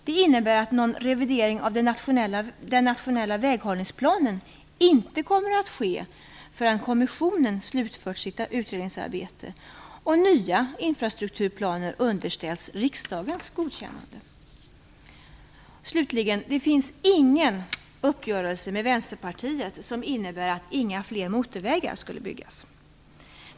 Det innebär att någon revidering av den nationella väghållningsplanen inte kommer att ske förrän kommissionen slutfört sitt utredningsarbete och nya infrastrukturplaner underställts riksdagens godkännande. Det finns inte någon uppgörelse med Vänsterpartiet som innebär att inga fler motorvägar skall byggas.